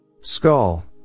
skull